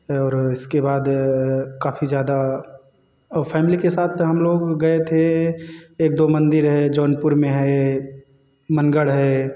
और इसके बाद काफी ज़्यादा और फैमली के साथ तो हम लोग गए थे एक दो मंदिर है जौनपुर में है मनगढ़ है